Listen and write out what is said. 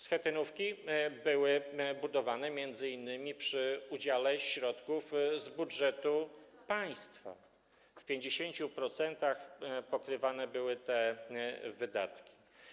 Schetynówki były budowane m.in. przy udziale środków z budżetu państwa, w 50% pokrywane były te wydatki.